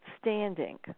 standing